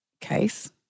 case